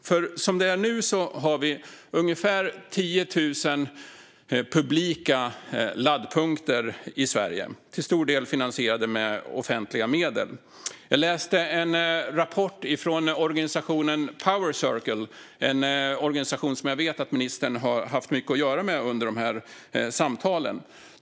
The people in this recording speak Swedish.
Som det är nu har vi ungefär 10 000 publika laddpunkter i Sverige, till stor del finansierade med offentliga medel. Jag läste en rapport från organisationen Power Circle, en organisation som jag vet att ministern har haft mycket att göra med under dessa samtal.